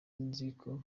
nziko